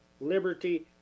liberty